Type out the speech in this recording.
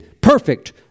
perfect